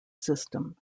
system